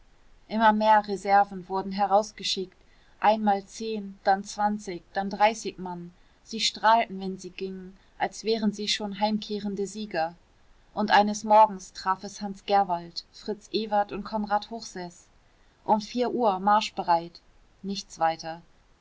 immer mehr reserven wurden herausgeschickt einmal zehn dann zwanzig dann dreißig mann sie strahlten wenn sie gingen als wären sie schon heimkehrende sieger und eines morgens traf es hans gerwald fritz ewert und konrad hochseß um vier uhr marschbereit nichts weiter